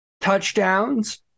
touchdowns